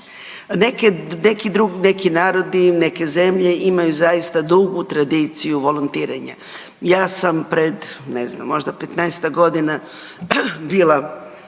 neki narodi, neke zemlje imaju zaista dugu tradiciju volontiranja. Ja sam pred ne znam 15-tak godina bila